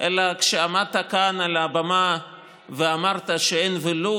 אלא שכשעמדת כאן על הבמה ואמרת שאין ולו